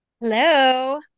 Hello